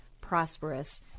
prosperous